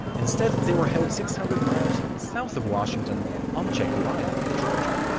instead, they were held six hundred miles south of washington on jekyll island in georgia.